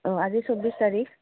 অঁ আজি চৌবিছ তাৰিখ